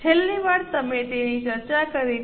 છેલ્લી વાર તમે તેની ચર્ચા કરી છે